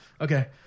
Okay